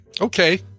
Okay